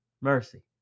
Mercy